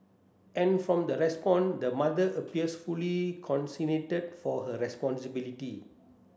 and from the response the mother appears fully for her responsibility